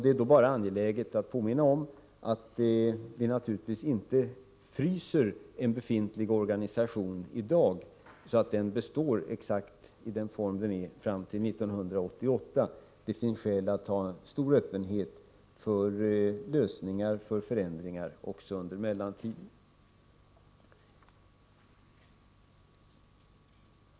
Det är bara angeläget att påminna om att vi naturligtvis inte fryser en befintlig organisation i dag, så att den består exakt i denna form fram till 1988. Det finns skäl att ha stor öppenhet inför lösningar och förändringar också under mellantiden.